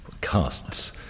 casts